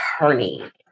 attorney